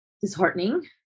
disheartening